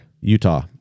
Utah